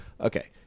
Okay